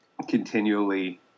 continually